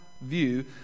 view